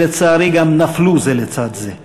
ולצערי, גם נפלו זה לצד זה.